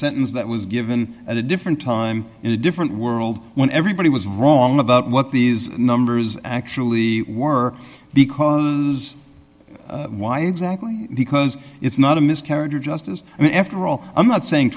sentence that was given at a different time in a different world when everybody was wrong about what these numbers actually were because why exactly because it's not a miscarriage of justice i mean after all i'm not saying